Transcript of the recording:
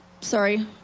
sorry